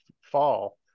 fall